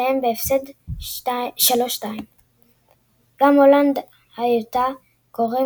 שהסתיים בהפסד 2–3. גם הולנד היוותה גורם